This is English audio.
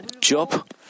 Job